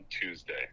Tuesday